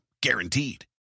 Guaranteed